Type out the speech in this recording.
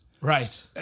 right